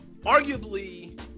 arguably